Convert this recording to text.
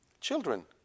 children